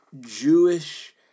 Jewish